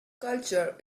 culture